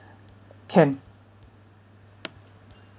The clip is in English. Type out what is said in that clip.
can